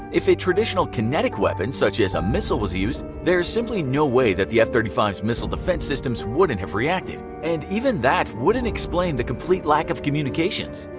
if a traditional kinetic weapon such as a missile was used, there's simply no way that the f thirty five s missile defense systems wouldn't have reacted, and even that wouldn't explain the complete lack of communications.